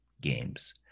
games